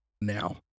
Now